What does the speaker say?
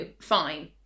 fine